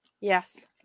yes